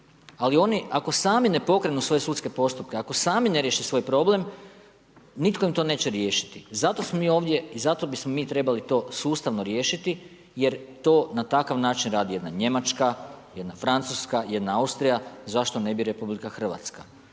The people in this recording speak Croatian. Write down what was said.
ali oni ako sami ne pokrenu svoje sudske postupke, ako sami ne riješe svoj problem, nitko im to neće riješiti. Zato smo mi ovdje i zato bismo mi trebali to sustavno riješiti jer to na takav način radi jedna Njemačka, jedna Francuska, jedna Austrija, zašto ne bi i RH?